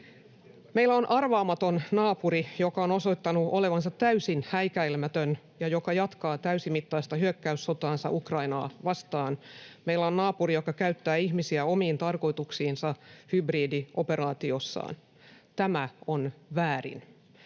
Meillä on arvaamaton naapuri, joka on osoittanut olevansa täysin häikäilemätön ja joka jatkaa täysimittaista hyökkäyssotaansa Ukrainaa vastaan. Meillä on naapuri, joka käyttää ihmisiä omiin tarkoituksiinsa hybridioperaatiossaan. Tämä on väärin.